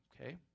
okay